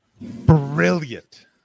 brilliant